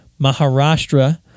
...Maharashtra